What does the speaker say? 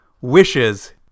wishes